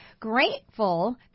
Grateful